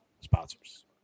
sponsors